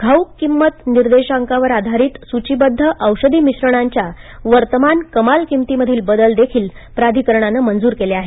घाऊक किंमत निर्देशांकावर आधारित सूचिबद्ध औषधी मिश्रणांच्या वर्तमान कमाल किमतींमधील बदल देखील प्राधिकरणानं मंजूर केले आहेत